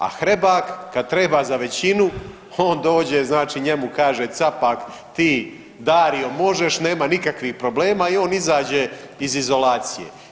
A Hrebak kad treba za većinu od dođe znači njemu kaže Capak ti Dario možeš nema nikakvih problema i on izađe iz izolacije.